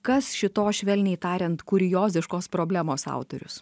kas šitos švelniai tariant kurioziškos problemos autorius